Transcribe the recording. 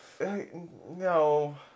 No